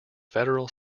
federal